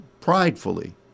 pridefully